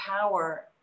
power